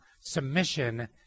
Submission